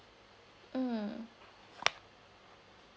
mm